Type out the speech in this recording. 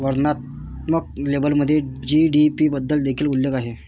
वर्णनात्मक लेबलमध्ये जी.डी.पी बद्दल देखील उल्लेख आहे